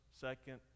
second